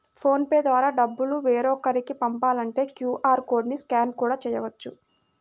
phone pay ద్వారా డబ్బులు వేరొకరికి పంపాలంటే క్యూ.ఆర్ కోడ్ ని స్కాన్ కూడా చేయవచ్చు